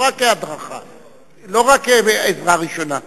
לא רק כעזרה ראשונה,